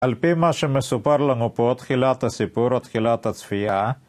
על פי מה שמסופר לנו פה, תחילת הסיפור, או תחילת הצפייה